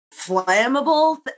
flammable